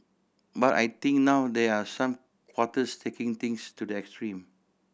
but I think now there are some quarters taking things to the extreme